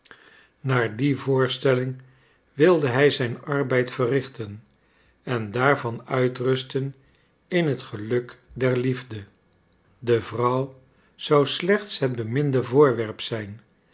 naar die voorstelling wilde hij zijn arbeid verrichten en daarvan uitrusten in het geluk der liefde de vrouw zou slechts het beminde voorwerp zijn